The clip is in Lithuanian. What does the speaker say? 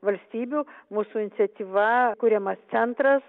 valstybių mūsų iniciatyva kuriamas centras